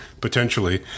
potentially